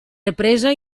represa